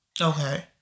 Okay